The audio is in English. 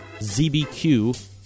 ZBQ